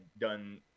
done